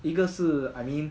一个是 I mean